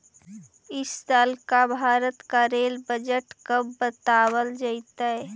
इस साल का भारत का रेल बजट कब बतावाल जतई